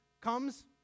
comes